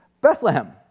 Bethlehem